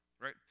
right